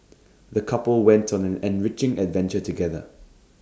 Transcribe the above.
the couple went on an enriching adventure together